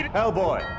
Hellboy